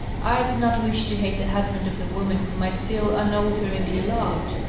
i did not wish to hate the husband of the woman whom i still unalter. ingly loved.